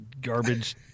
garbage